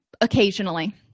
occasionally